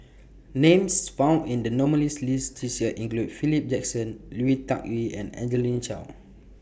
Names found in The nominees' list This Year include Philip Jackson Lui Tuck Yew and Angelina Choy